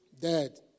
dead